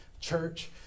church